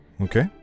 Okay